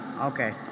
Okay